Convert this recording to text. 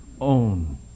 own